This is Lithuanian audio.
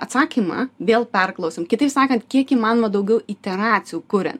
atsakymą vėl perklausom kitaip sakant kiek įmanoma daugiau iteracijų kuria